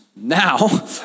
Now